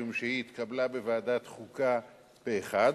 משום שהיא התקבלה בוועדת החוקה פה אחד,